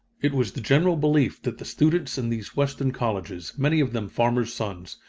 it was the general belief that the students in these western colleges, many of them farmers' sons,